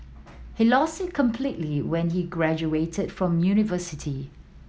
he lost it completely when he graduated from university